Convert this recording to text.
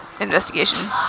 investigation